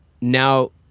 now